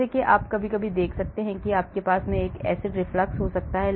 जैसा कि आप कभी कभी देख सकते हैं कि आपके पास एक acid reflux हो सकता है